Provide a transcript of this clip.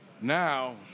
Now